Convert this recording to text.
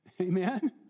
Amen